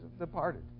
departed